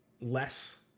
less